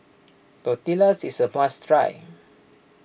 Tortillas is a must try